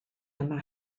yma